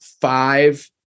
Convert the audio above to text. five